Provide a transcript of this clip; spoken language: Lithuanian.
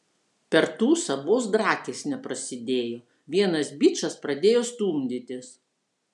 per tūsą vos drakės neprasidėjo vienas bičas pradėjo stumdytis